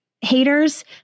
haters